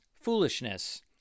foolishness